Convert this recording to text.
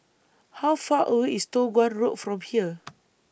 How Far away IS Toh Guan Road from here